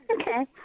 okay